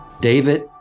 David